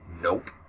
Nope